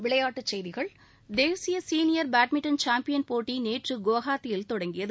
விளையாட்டுச் செய்திகள் தேசிய சீனியர் பேட்மிண்டன் சாம்பியன் போட்டி நேற்று குவஹாத்தியில் தொடங்கியது